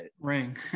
ring